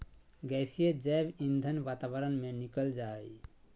गैसीय जैव ईंधन वातावरण में निकल जा हइ